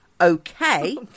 okay